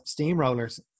steamrollers